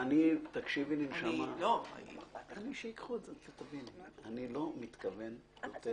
ואם יסתבר שאנחנו מצליחים לייצר פה מנגנון נכון יותר,